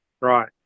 right